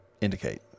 indicate